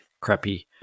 crappy